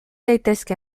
daitezke